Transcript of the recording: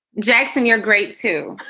jackson, your great, too.